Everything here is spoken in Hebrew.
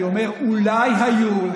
אני אומר שאולי היו,